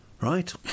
Right